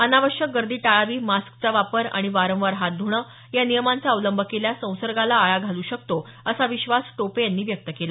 अनावश्यक गर्दी टाळावी मास्कचा वापर आणि वारंवार हात धुणे या नियमांचा अवलंब केल्यास संसर्गाला आळा घालू शकतो असा विश्वास टोपे यांनी व्यक्त केला